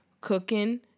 cooking